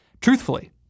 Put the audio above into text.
truthfully